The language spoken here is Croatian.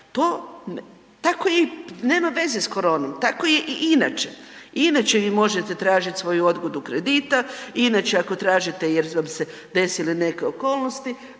To, tako je i nema veza s koronom. Tako je i inače. I inače vi možete tražiti svoju odgodu kredita i inače ako tražite jer vam se desile neke okolnosti,